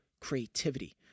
creativity